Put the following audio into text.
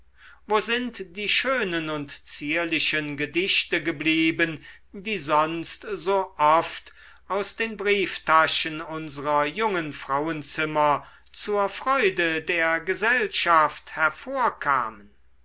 wo sind die schönen und zierlichen gedichte geblieben die sonst so oft aus den brieftaschen unsrer jungen frauenzimmer zur freude der gesellschaft hervorkamen